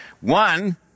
One